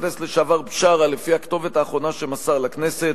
הכנסת לשעבר בשארה לפי הכתובת האחרונה שמסר לכנסת,